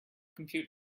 compute